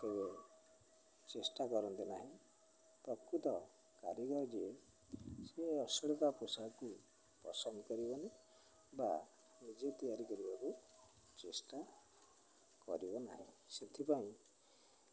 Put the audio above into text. କେବେ ଚେଷ୍ଟା କରନ୍ତି ନାହିଁ ପ୍ରକୃତ କାରିଗର ଯିଏ ସେ ଅଶ୍ଳୀଳ ପୋଷାକକୁ ପସନ୍ଦ କରିବନି ବା ନିଜେ ତିଆରି କରିବାକୁ ଚେଷ୍ଟା କରିବ ନାହିଁ ସେଥିପାଇଁ